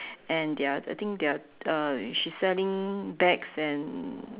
and they are I think they are uh she's selling bags and